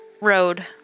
road